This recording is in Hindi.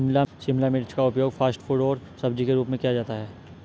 शिमला मिर्च का उपयोग फ़ास्ट फ़ूड और सब्जी के रूप में किया जाता है